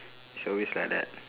it's always like that